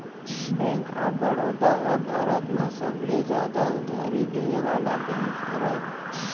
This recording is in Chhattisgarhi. बेंक ऑफ बड़ौदा ह भारत म सबले जादा उधारी देय वाला बेंक हरय